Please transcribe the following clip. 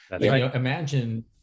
Imagine